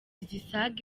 zisaga